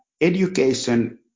education